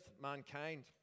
mankind